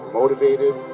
motivated